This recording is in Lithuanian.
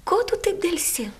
ko tu taip delsi